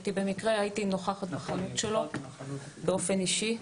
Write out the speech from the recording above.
במקרה הייתי נוכחת בחנות שלו באופן אישי,